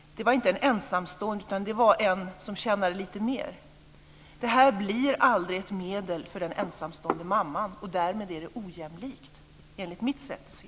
Det var inte en ensamstående person, utan en som tjänade lite mer. Det här blir aldrig ett medel för den ensamstående mamman och därmed är det ojämlikt, enligt mitt sätt att se.